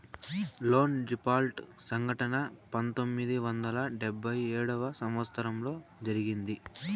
loan default సంఘటన పంతొమ్మిది వందల డెబ్భై ఏడవ సంవచ్చరంలో జరిగింది